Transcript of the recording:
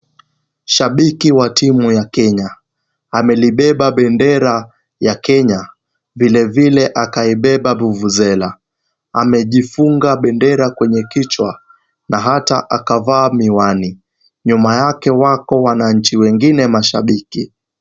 Shabiki wa timu ya Kenya amelibeba bendera ya Kenya vile vile akaibeba buvuzela, amejifunga bendera kwenye kichwa na hata akavaa miwani, nyuma yake wako wanaanchi mashabiki.